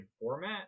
format